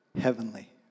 heavenly